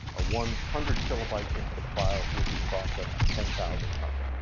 a one hundred kilobyte input file would be processed ten thousand times.